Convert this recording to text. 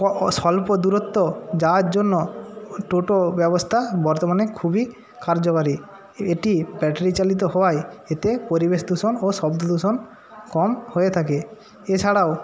স্বল্প দূরত্ব যাওয়ার জন্য টোটো ব্যবস্থা বর্তমানে খুবই কার্যকারী এটি ব্যাটারি চালিত হওয়ায় এতে পরিবেশ দূষণ ও শব্দ দূষণ কম হয়ে থাকে এছাড়াও